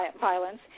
violence